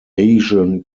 asian